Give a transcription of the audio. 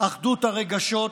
אחדות הרגשות,